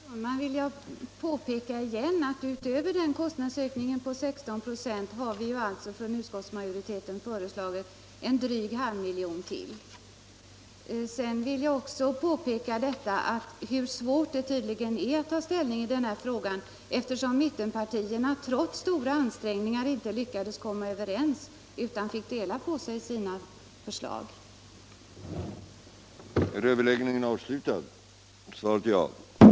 Herr talman! För herr Sundman vill jag återigen påpeka att vi från utskottsmajoriteten utöver kostnadsökningen på 16 ". har föreslagit en dryg halvmiljon. Sedan vill jag också påpeka hur svårt det tydligen är att ta ställning i denna fråga, eftersom mittenpartierna trots stora ansträngningar inte lyckades komma överens utan fick dela upp sig när det gällde att framställa förslag.